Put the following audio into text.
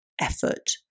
effort